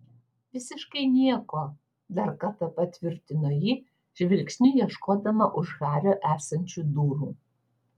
visiškai nieko dar kartą patvirtino ji žvilgsniu ieškodama už hario esančių durų